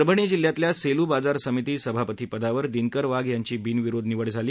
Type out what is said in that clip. परभणी जिल्ह्यातल्या सेलु बाजार समिती सभापतीपदावर दिनकर वाघ यांची बिनविरोध निवड झाली